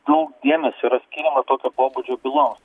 daug dėmesio yra skiriama tokio pobūdžio byloms